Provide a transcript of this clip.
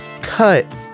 Cut